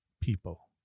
people